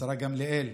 השרה גמליאל,